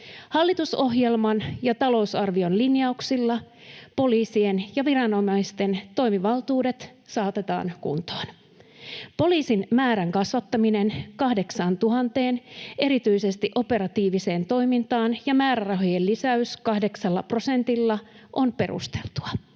Hallitusohjelman ja talousarvion linjauksilla poliisien ja viranomaisten toimivaltuudet saatetaan kuntoon. Poliisien määrän kasvattaminen 8 000:een, erityisesti operatiiviseen toimintaan, ja määrärahojen lisäys kahdeksalla prosentilla on perusteltua.